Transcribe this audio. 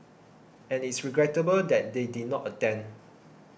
and it's regrettable that they did not attend